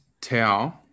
tau